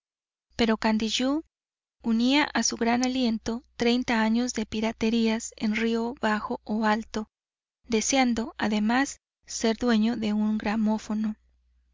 pero candiyú unía a su gran aliento treinta años de piraterías en río bajo o alto deseando además ser dueño de un gramófono